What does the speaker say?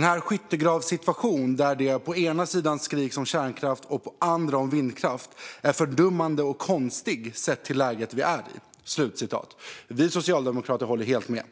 tycker att skyttegravssituationen, där det på ena sidan skriks om kärnkraft och på andra om vindkraft, är väldigt fördummande och konstig sett till läget vi är i." Vi socialdemokrater håller helt med.